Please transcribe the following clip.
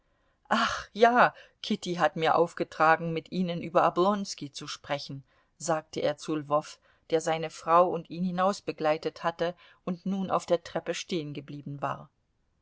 ach ja kitty hat mir aufgetragen mit ihnen über oblonski zu sprechen sagte er zu lwow der seine frau und ihn hinausbegleitet hatte und nun auf der treppe stehengeblieben war